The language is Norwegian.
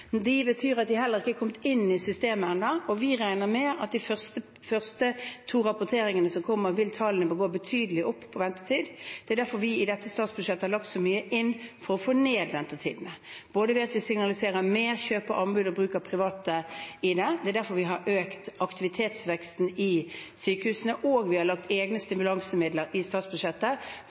betyr at de heller ikke har kommet inn i systemet ennå. Vi regner med at i de første to rapporteringene som kommer, vil tallene for ventetid gå betydelig opp. Det er derfor vi i dette statsbudsjettet har lagt så mye inn for å få ned ventetidene. Vi signaliserer mer kjøp, anbud og bruk av private. Det er derfor vi har økt aktivitetsveksten i sykehusene, og vi har lagt egne stimulansemidler inn i statsbudsjettet